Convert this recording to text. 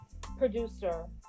producer